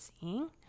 seeing